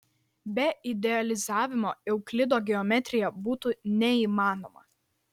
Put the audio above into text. be idealizavimo euklido geometrija būtų neįmanoma